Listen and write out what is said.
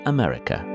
America